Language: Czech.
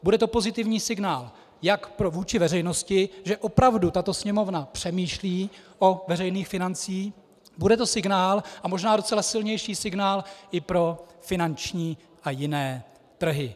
Bude to pozitivní signál jak vůči veřejnosti, že opravdu tato Sněmovna přemýšlí o veřejných financích, bude to signál, a možná docela silnější signál, i pro finanční a jiné trhy.